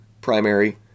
primary